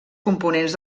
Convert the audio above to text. components